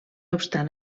obstant